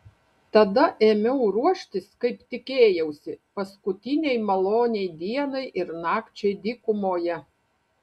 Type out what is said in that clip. tada ėmiau ruoštis kaip tikėjausi paskutinei maloniai dienai ir nakčiai dykumoje